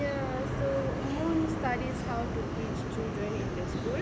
ya so moon studies how to teach children in the school